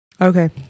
Okay